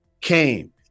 came